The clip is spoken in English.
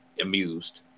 amused